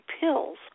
pills